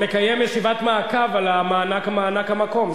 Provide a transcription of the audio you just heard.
לקיים ישיבת מעקב על מענק המקום.